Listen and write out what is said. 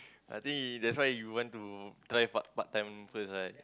I think that's why you want to try part part time first right